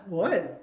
what